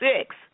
six